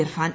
Irfan